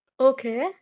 Okay